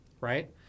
right